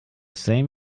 same